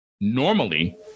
Normally